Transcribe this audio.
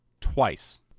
twice